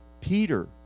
Peter